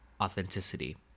authenticity